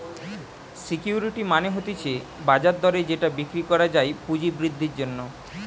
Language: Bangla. সিকিউরিটি মানে হতিছে বাজার দরে যেটা বিক্রি করা যায় পুঁজি বৃদ্ধির জন্যে